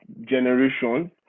generation